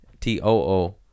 T-O-O